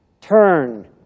turn